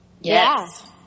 Yes